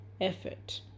effort